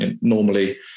Normally